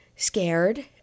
Scared